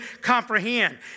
comprehend